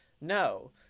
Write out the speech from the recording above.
No